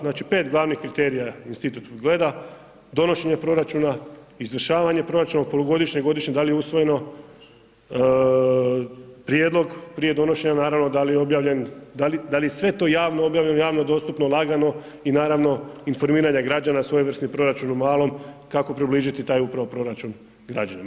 Znači pet glavnih kriterija institut gleda, donošenje proračuna, izvršavanje proračuna polugodišnjeg, godišnjeg, da li je usvojeno, prijedlog prije donošenja naravno, da li je objavljen, da li je sve to javno objavljeno, javno dostupno, lagano i naravno informiranje građana, svojevrsni proračun u malom, kako približiti upravo taj upravo proračun građanima.